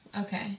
Okay